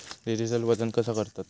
Digital वजन कसा करतत?